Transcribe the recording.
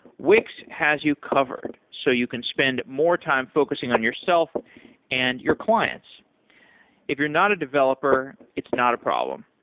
wix has you covered, so you can spend more time focusing on yourself and your clients if you're not a developer, it's not a problem.